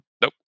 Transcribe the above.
nope